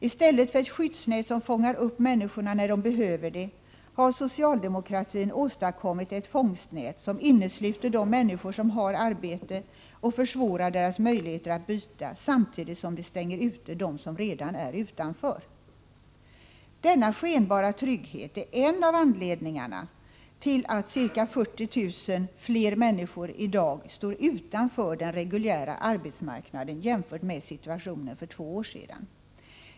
I stället för ett skyddsnät som fångar upp människorna när de behöver det, har socialdemokratin åstadkommit ett fångstnät som innesluter de människor som har arbete och försvårar deras möjligheter att byta, samtidigt som det stänger ute dem som redan är utanför. Denna skenbara trygghet är en av anledningarna till att ca 40 000 fler människor i dag står utanför den reguljära arbetsmarknaden, jämfört med situationen för två år sedan.